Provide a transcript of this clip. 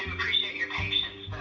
appreciate your patience